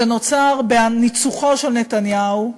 שנוצר בניצוחו של נתניהו,